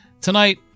Tonight